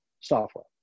software